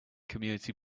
community